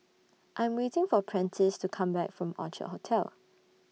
I'm waiting For Prentice to Come Back from Orchard Hotel